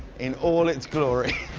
in all its glory.